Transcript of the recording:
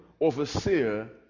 overseer